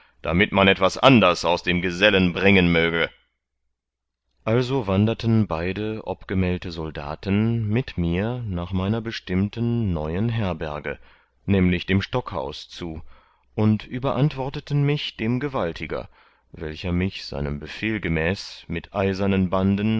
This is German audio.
damit man etwas anders aus dem gesellen bringen möge also wanderten beide obgemeldte soldaten mit mir nach meiner bestimmten neuen herberge nämlich dem stockhaus zu und überantworteten mich dem gewaltiger welcher mich seinem befehl gemäß mit eisernen banden